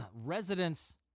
Residents